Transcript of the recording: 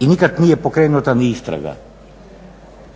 i nikad nije pokrenuta ni istraga.